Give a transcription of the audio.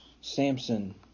Samson